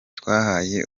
twahaye